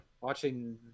Watching